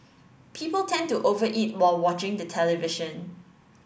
people tend to over eat while watching the television